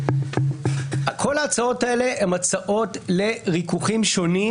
כל ההצעות האלה הן הצעות לריכוכים שונים